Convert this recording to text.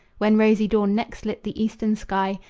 when rosy dawn next lit the eastern sky,